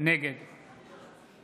נגד